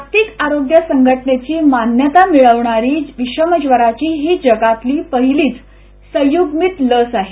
जागतिक आरोग्य संघटनेची मान्यता मिळवणारी विषमज्वरावरची ही जगातली पहिलीच संयुग्मित लस आहे